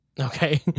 Okay